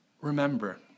Remember